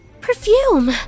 Perfume